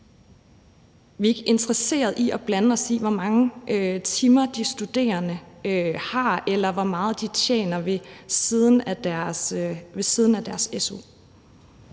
vi er ikke interessede i at blande os i, hvor mange timer de studerende har, eller hvor meget de tjener ved siden af deres su.